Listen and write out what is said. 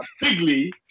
bigly